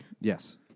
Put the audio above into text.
Yes